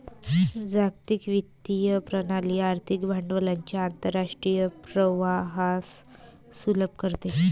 जागतिक वित्तीय प्रणाली आर्थिक भांडवलाच्या आंतरराष्ट्रीय प्रवाहास सुलभ करते